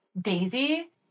Daisy